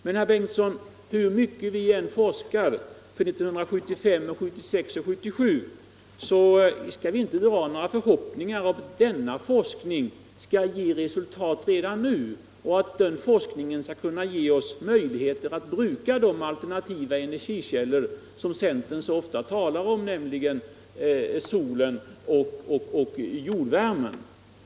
Men herr Bengtson, hur mycket vi än forskar för 1975, 1976 och 1977 skall vi inte ha några förhoppningar om att denna forskning skall ge resultat i mer energi dessa år, dvs. att den skall ge oss möjligheter att bruka de alternativa energikällor som centern så ofta talar om, nämligen solen och jordvärmen.